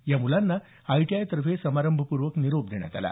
या मुलांना आयटीआयतर्फे समारंभपूर्वक निरोप देण्यात आला